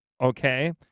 okay